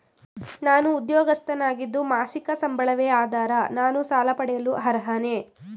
ನಾನು ಉದ್ಯೋಗಸ್ಥನಾಗಿದ್ದು ಮಾಸಿಕ ಸಂಬಳವೇ ಆಧಾರ ನಾನು ಸಾಲ ಪಡೆಯಲು ಅರ್ಹನೇ?